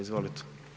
Izvolite.